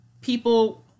people